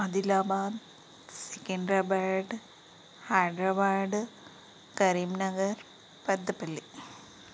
Adilabad Secunderabad Hyderabad Karimnagar Peddapalli